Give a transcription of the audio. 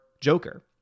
Joker